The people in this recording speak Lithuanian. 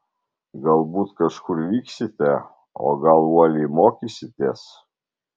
galbūt kažkur vyksite o gal uoliai mokysitės